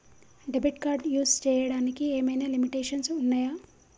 Debit card use చేయడానికి ఏమైనా limitations ఉన్నాయా?